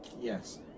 yes